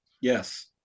Yes